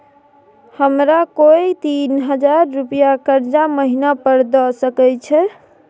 हमरा कोय तीन हजार रुपिया कर्जा महिना पर द सके छै?